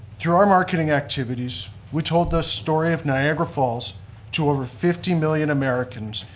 through our marketing activities, we told the story of niagara falls to over fifty million americans,